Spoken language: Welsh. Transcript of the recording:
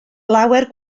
lawer